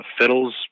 fiddles